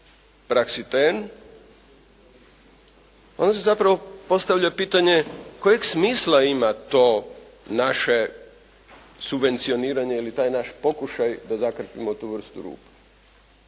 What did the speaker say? praksiten. Onda se zapravo postavlja pitanje kojeg smisla ima to naše subvencioniranje ili taj naš pokušaj da zakrpimo tu vrstu rupa